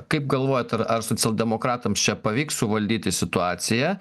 kaip galvojat ar ar socialdemokratams čia pavyks suvaldyti situaciją